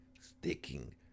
sticking